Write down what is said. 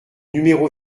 numéro